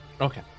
Okay